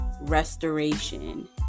restoration